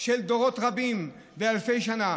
של דורות רבים ואלפי שנה.